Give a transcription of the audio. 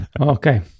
Okay